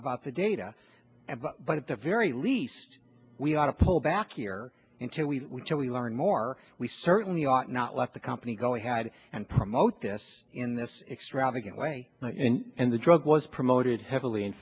about the data but at the very least we ought to pull back here until we really learn more we certainly ought not let the company go we had and promote this in this extravagant way and the drug was promoted heavily in